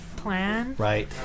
right